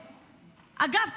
אגב,